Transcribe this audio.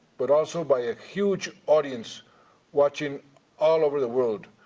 but also by a huge audience watching all over the world,